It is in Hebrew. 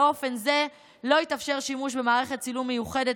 באופן זה לא יתאפשר שימוש במערכת צילום מיוחדת